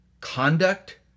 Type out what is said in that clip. conduct